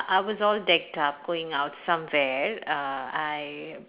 I was all decked up going out somewhere uh I